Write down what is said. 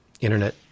internet